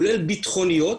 כולל ביטחוניות,